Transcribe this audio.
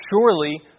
surely